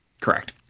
Correct